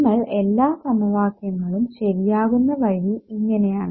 നമ്മൾ എല്ലാ സമവാക്യങ്ങളും ശരിയാകുന്ന വഴി ഇങ്ങനെയാണ്